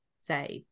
save